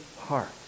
heart